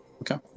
Okay